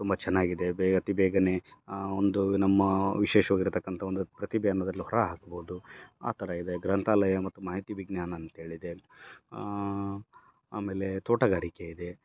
ತುಂಬ ಚೆನ್ನಾಗಿದೆ ಬೆ ಅತೀ ಬೇಗನೆ ಒಂದು ನಮ್ಮ ವಿಶೇಷವಾಗಿರ್ತಕ್ಕಂಥ ಒಂದು ಪ್ರತಿಭೆಯನ್ನುದ್ರಲ್ಲು ಕೂಡ ಹಾಕ್ಬೌದು ಆ ಥರ ಇದೆ ಗ್ರಂಥಾಲಯ ಮತ್ತು ಮಾಹಿತಿ ವಿಜ್ಞಾನ ಅಂತೇಳಿದೆ ಆಮೇಲೆ ತೋಟಗಾರಿಕೆ ಇದೆ